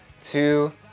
two